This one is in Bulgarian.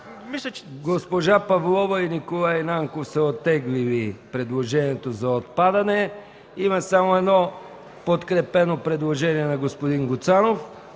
Госпожа Павлова и господин Нанков са оттеглили предложението за отпадане. Има само едно – подкрепено предложение на господин Гуцанов.